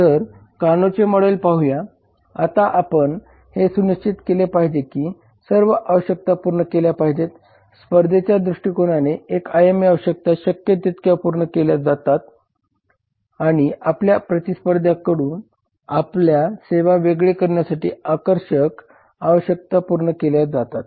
तर कानोचे model Kanos Model पाहुयाआता आपण हे सुनिश्चित केले पाहिजे की सर्व आवश्यकता पूर्ण केल्या पाहिजेत स्पर्धेच्या दृष्टोकोनाने एक आयामी आवश्यकता शक्य तितक्या पूर्ण केल्या जातात आणि आपल्या प्रतिस्पर्ध्यांपासून आपल्या सेवा वेगळे करण्यासाठी आकर्षक आवश्यकता पूर्ण केल्या जातात